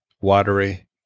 watery